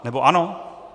Nebo ano?